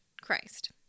Christ